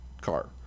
car